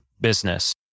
business